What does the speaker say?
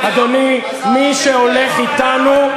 אדוני, מי שהולך אתנו,